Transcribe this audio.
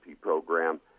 program